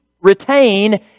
retain